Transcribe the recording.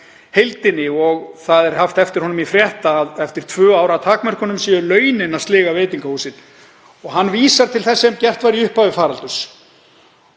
heildinni. Það er haft eftir honum í frétt að eftir tvö ár af takmörkunum séu launin að sliga veitingahúsin og hann vísar til þess sem gert var í upphafi faraldurs.